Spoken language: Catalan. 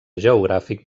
geogràfic